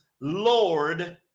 Lord